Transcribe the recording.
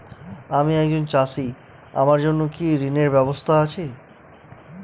আমি একজন চাষী আমার জন্য কি ঋণের ব্যবস্থা আছে?